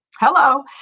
Hello